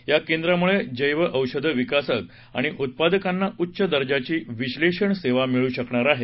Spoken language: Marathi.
या केंद्रामुळे जध्योषधं विकासक आणि उत्पादनाकांना उच्च दर्जाची विश्लेषण सेवा मिळू शकणार आहे